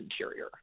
interior